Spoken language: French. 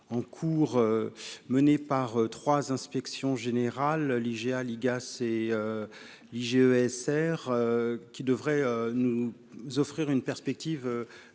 en cours, menée par 3 inspections générales Lygia l'IGAS et l'IG ESR qui devrait nous offrir une perspective